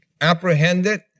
apprehended